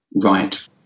right